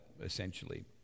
essentially